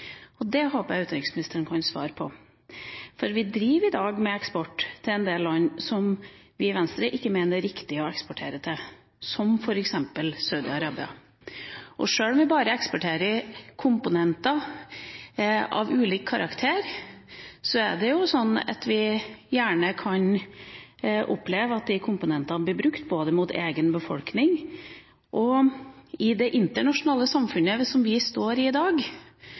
Det håper jeg utenriksministeren kan svare på. Vi driver i dag med eksport til en del land som vi i Venstre ikke mener det er riktig å eksportere til, som f.eks. Saudi-Arabia. Sjøl om vi bare eksporterer komponenter av ulik karakter, kan vi oppleve at de komponentene blir brukt mot egen befolkning. I det internasjonale samfunnet vi har i dag, kan vi da oppleve at vi må komme en sivilbefolkning til unnsetning i